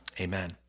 Amen